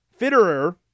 Fitterer